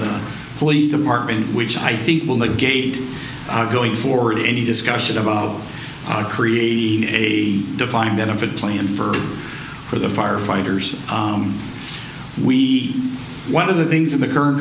the police department which i think will the gate are going forward in any discussion about creating a defined benefit plan for for the firefighters we one of the things in the current